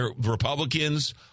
Republicans